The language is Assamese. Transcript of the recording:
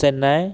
চেন্নাই